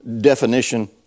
definition